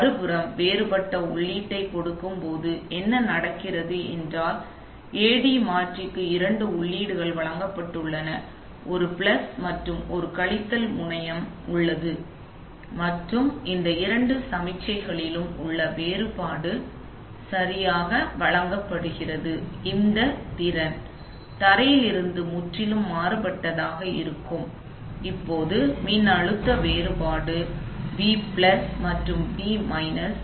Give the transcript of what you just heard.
மறுபுறம் வேறுபட்ட உள்ளீட்டைக் கொடுக்கும்போது என்ன நடக்கிறது என்றால் AD மாற்றிக்கு இரண்டு உள்ளீடுகள் வழங்கப்பட்டுள்ளன ஒரு பிளஸ் மற்றும் ஒரு கழித்தல் முனையம் உள்ளது மற்றும் இந்த இரண்டு சமிக்ஞைகளிலும் உள்ள வேறுபாடு சரியாக வழங்கப்படுகிறது இந்த திறன் தரையில் இருந்து முற்றிலும் மாறுபட்டதாக இருக்கும் எனவே இப்போது மின்னழுத்த வேறுபாடு வி பிளஸ் மற்றும் வி மைனஸ்